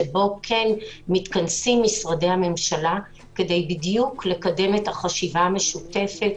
שבו כן מתכנסים משרדי הממשלה כדי לקדם החשיבה המשותפת,